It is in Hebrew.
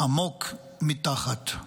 עמוק מתחת.